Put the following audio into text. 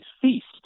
feast